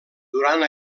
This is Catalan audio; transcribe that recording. durant